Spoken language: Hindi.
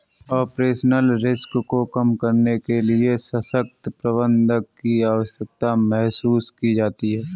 ऑपरेशनल रिस्क को कम करने के लिए सशक्त प्रबंधन की आवश्यकता महसूस की जाती है